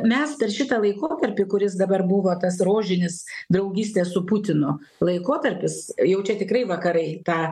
mes per šitą laikotarpį kuris dabar buvo tas rožinis draugystės su putinu laikotarpis jau čia tikrai vakarai tą